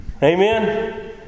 Amen